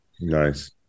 Nice